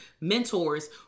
mentors